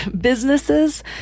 businesses